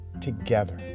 together